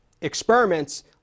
experiments